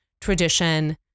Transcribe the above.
tradition